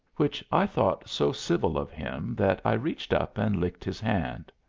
which i thought so civil of him that i reached up and licked his hand.